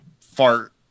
fart